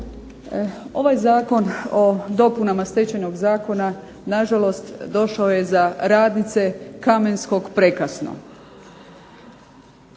Ovaj Zakon o dopunama stečajnog zakona na žalost došao je za radnice "Kamenskog" prekasno.